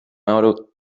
out